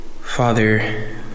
Father